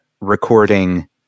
recording